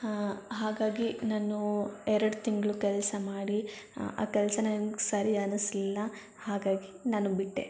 ಹಾಗಾಗಿ ನಾನು ಎರಡು ತಿಂಗಳು ಕೆಲಸ ಮಾಡಿ ಆ ಕೆಲಸ ನನ್ಗೆ ಸರಿ ಅನಿಸ್ಲಿಲ್ಲ ಹಾಗಾಗಿ ನಾನು ಬಿಟ್ಟೆ